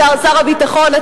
שר הביטחון,